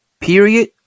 period